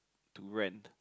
to rent